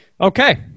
Okay